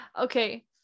Okay